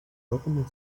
opened